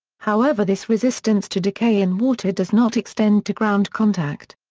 however this resistance to decay in water does not extend to ground contact.